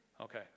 okay